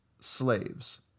slaves